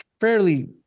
fairly